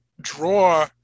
draw